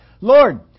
Lord